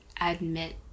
admit